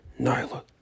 Nyla